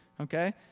Okay